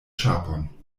ĉapon